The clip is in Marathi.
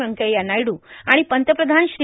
व्येंकय्या नायडू आणि पंतप्रधान श्री